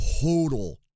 total